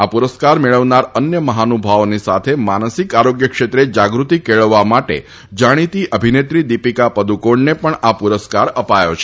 આ પુરસ્કાર મેળવનાર અન્ય મહાનુભાવોની સાથે માનસિક આરોગ્ય ક્ષેત્રે જાગૃતિ કેળવવા માટે જાણીતી અભિનેત્રી દિપિકા પદુકોણને આ પુરસ્કાર અપાયો છે